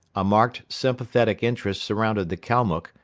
a marked sympathetic interest surrounded the kalmuck,